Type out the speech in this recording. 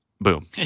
Boom